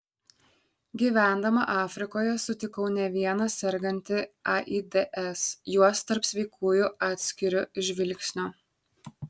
gyvendama afrikoje sutikau ne vieną sergantį aids juos tarp sveikųjų atskiriu iš žvilgsnio